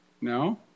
No